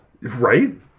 Right